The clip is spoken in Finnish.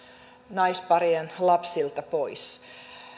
naisparien lapsilta pois